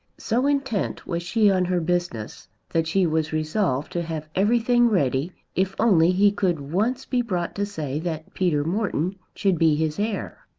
so intent was she on her business that she was resolved to have everything ready if only he could once be brought to say that peter morton should be his heir.